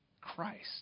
Christ